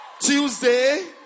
Tuesday